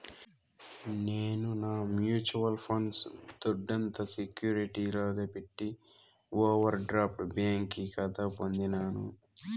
నేను నా mutual funds దొడ్డంత సెక్యూరిటీ లాగా పెట్టి ఓవర్ డ్రాఫ్ట్ బ్యాంకి కాతా పొందినాను